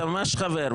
אתה ממש חבר,